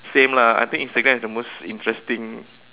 same lah I think Instagram is the most interesting